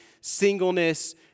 singleness